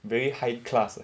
very high class eh